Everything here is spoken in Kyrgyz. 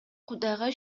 кудайга